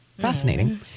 Fascinating